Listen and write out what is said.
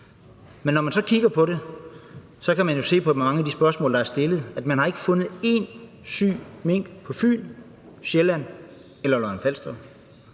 Men når man så kigger på det, kan man jo se på mange af de spørgsmål, der er stillet, at man ikke har fundet én syg mink på Fyn, Sjælland eller Lolland-Falster.